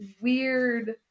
weird